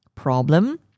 problem